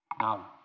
Now